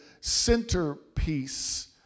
centerpiece